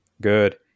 Good